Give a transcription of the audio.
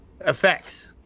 effects